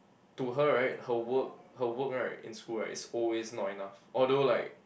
to her right her work her work right in school right is always not enough although like